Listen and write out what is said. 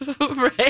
Right